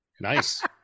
Nice